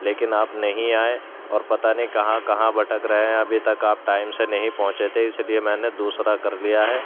لیکن آپ نہیں آئے اور پتہ نہیں کہاں کہاں بھٹک رہے ہیں ابھی تک آپ ٹائم سے نہیں پہنچے تھے اس لیے میں نے دوسرا کر لیا ہے